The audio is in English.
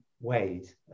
ways